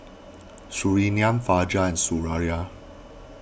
Surinam Fajar and Suraya